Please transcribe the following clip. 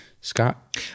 scott